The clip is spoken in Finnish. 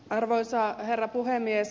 arvoisa herra puhemies